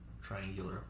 Triangular